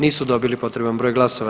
Nisu dobili potreban broj glasova.